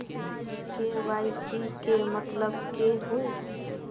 KYC के मतलब केहू?